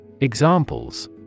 Examples